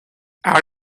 out